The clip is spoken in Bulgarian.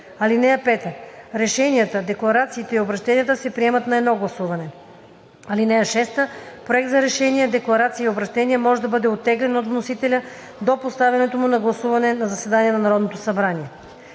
тях. (5) Решенията, декларациите и обръщенията се приемат на едно гласуване. (6) Проект за решение, декларация и обръщение може да бъде оттеглен от вносителя до поставянето му на гласуване на заседание на Народното събрание.“